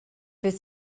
bydd